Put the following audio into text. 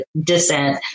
descent